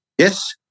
Yes